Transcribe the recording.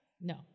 No